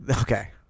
okay